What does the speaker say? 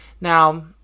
Now